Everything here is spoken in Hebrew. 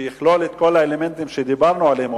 שיכלול את כל האלמנטים שדיברנו עליהם,